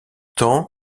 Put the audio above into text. tant